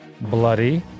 bloody